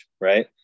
Right